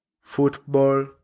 football